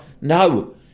No